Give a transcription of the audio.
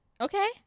Okay